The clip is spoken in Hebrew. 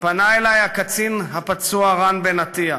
פנה אלי הקצין הפצוע רן בן-עטיה,